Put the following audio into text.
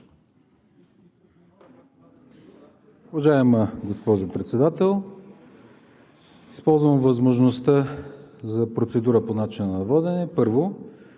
Уважаема госпожо Председател, използвам възможността за процедура по начина на водене. Първо,